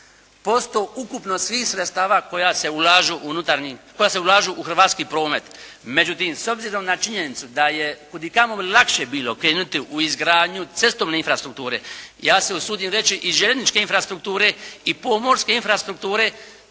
20% ukupno svih sredstava koja se ulažu u hrvatski promet. Međutim, s obzirom na činjenicu da je kudikamo lakše bilo krenuti u izgradnju cestovne infrastrukture, ja se usudim reći i željezničke infrastrukture i pomorske infrastrukture